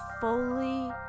fully